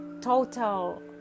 total